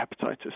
hepatitis